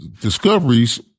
discoveries